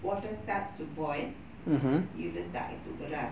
water starts to boil you letak itu beras